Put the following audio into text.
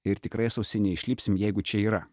ir tikrai sausi neišlipsim jeigu čia yra